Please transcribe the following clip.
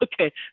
okay